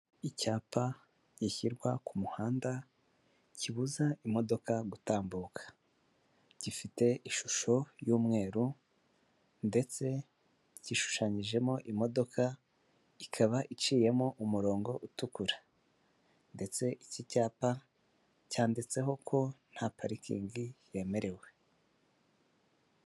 Icyapa gishyirwa ku muhanda, kibuza imodoka gutambuka, gifite ishusho y'umweru ndetse gishushanyijemo imodoka, ikaba iciyemo umurongo utukura, ndetse iki cyapa cyanditseho ko nta parikingi yemerewe.